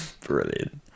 Brilliant